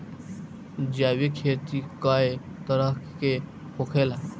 जैविक खेती कए तरह के होखेला?